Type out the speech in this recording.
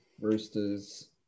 Roosters